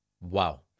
Wow